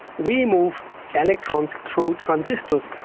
we move electrons through transistors,